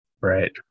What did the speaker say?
Right